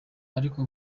ariko